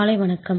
காலை வணக்கம்